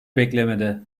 beklemede